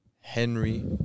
Henry